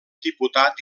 diputat